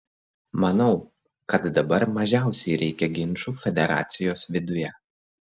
manau kad dabar mažiausiai reikia ginčų federacijos viduje